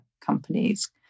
companies